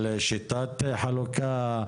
על שיטת החלוקה,